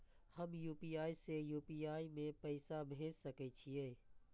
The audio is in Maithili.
हम यू.पी.आई से यू.पी.आई में पैसा भेज सके छिये?